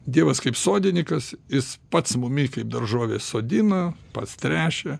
dievas kaip sodinykas jis pats mumi kaip daržoves sodina pats tręšia